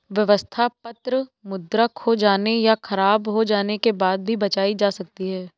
व्यवस्था पत्र मुद्रा खो जाने या ख़राब हो जाने के बाद भी बचाई जा सकती है